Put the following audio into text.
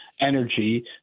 energy